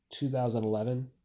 2011